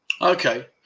Okay